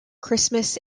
christmas